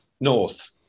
North